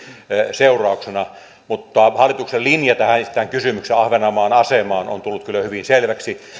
seurauksena mutta hallituksen linja tähän kysymykseen ahvenanmaan asemasta on tullut kyllä hyvin selväksi